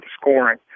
scoring